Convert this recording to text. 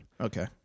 Okay